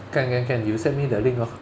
can can can you send me the link lor